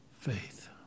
faith